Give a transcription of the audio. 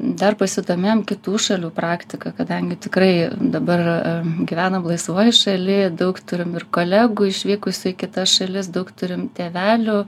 dar pasidomėjom kitų šalių praktika kadangi tikrai dabar gyvenam laisvoj šalyj daug turim ir kolegų išvykusių į kitas šalis daug turim tėvelių